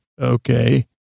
Okay